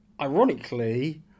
ironically